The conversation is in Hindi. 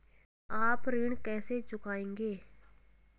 आप ऋण कैसे चुकाएंगे?